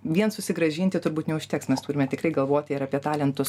vien susigrąžinti turbūt neužteks mes turime tikrai galvoti ir apie talentus